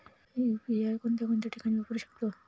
UPI कोणकोणत्या ठिकाणी वापरू शकतो?